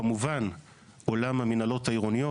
כמובן עולם המינהלות העירוניות,